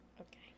Okay